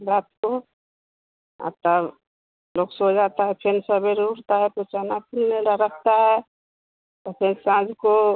रात को तब लोग सो जाता है फ़िर सवेरे उठता है तो चना फूलने रखता है तो फ़िर साँझ को